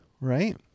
right